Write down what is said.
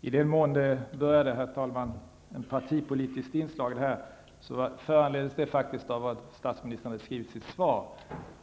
Herr talman! I den mån debatten fick ett partipolitiskt inslag föranleddes det faktiskt av vad statsministern hade skrivit i sitt svar,